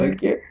Okay